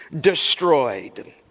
destroyed